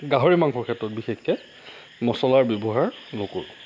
গাহৰি মাংসৰ ক্ষেত্ৰত বিশেষকৈ মচলাৰ ব্যৱহাৰ নকৰোঁ